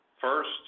First